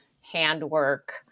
handwork